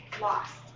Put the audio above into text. lost